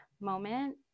moment